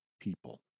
people